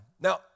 Now